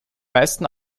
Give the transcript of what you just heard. meisten